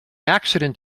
accident